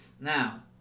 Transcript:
now